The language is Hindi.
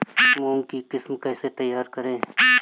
मूंग की किस्म कैसे तैयार करें?